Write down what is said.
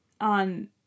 on